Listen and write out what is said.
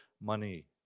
money